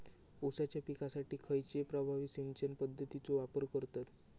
ऊसाच्या पिकासाठी खैयची प्रभावी सिंचन पद्धताचो वापर करतत?